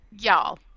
Y'all